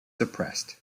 suppressed